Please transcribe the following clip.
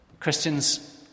Christians